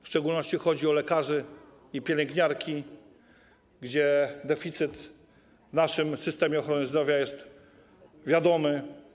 W szczególności chodzi o lekarzy i pielęgniarki, których deficyt w naszym systemie ochrony zdrowia jest wiadomy.